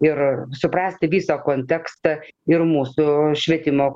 ir suprasti visą kontekstą ir mūsų švietimo